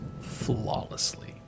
flawlessly